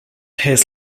his